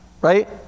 right